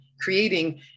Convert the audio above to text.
creating